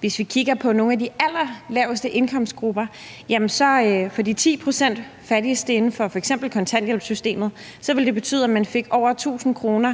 Hvis vi kigger på nogle af de allerlaveste indkomstgrupper, så gælder det for de 10 pct. fattigste inden for f.eks. kontanthjælpssystemet, at man ville få over 1.000 kr.